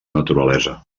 naturalesa